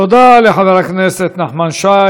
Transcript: תודה לחבר הכנסת נחמן שי.